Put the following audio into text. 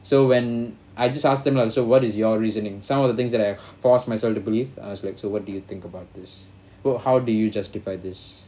so when I just ask them lah so what is your reasoning some of the things that I forced myself to believe I was like so what do you think about this well how do you justify this